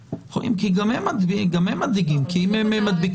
אם כי גם הם מדאיגים כי אם הם מדביקים,